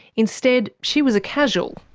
instead she was casual,